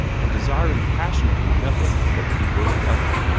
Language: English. and desiring passionately nothing but to be worthy of it,